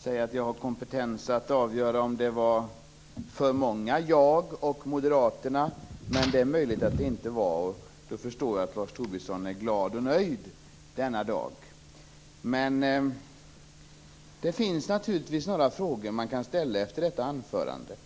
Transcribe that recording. säga att jag har kompetens att avgöra om det var för många "jag" och "Moderaterna". Det är möjligt att det inte var det, och då förstår jag att Lars Tobisson är glad och nöjd denna dag. Men det finns naturligtvis några frågor att ställa efter detta anförande.